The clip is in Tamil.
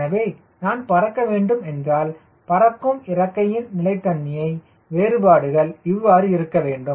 எனவே நான் பறக்க வேண்டும் என்றால் பறக்கும் இறக்கையின் நிலைத்தன்மையின் வேறுபாடுகள் இவ்வாறு இருக்க வேண்டும்